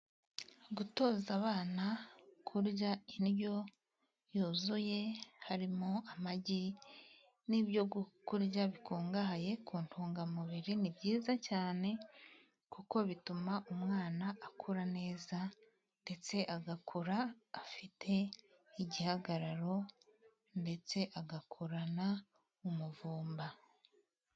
Gutoza abana kurya indyo yuzuye harimo amagi n'ibyo kurya bikungahaye ku ntungamubiri ni byiza cyane, kuko bituma umwana akura neza ndetse agakura afite igihagararo ndetse agakurana umuvumba.